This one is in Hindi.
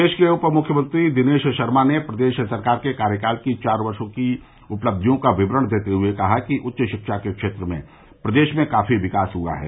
प्रदेश के उप मुख्यमंत्री दिनेश शर्मा ने प्रदेश सरकार के कार्यकाल की चार वर्ष की उपलब्धियों का विवरण देते हए कहा कि उच्च शिक्षा के क्षेत्र में प्रदेश में काफी विकास हुआ है